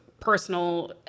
Personal